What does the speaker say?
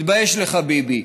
תתבייש לך, ביבי.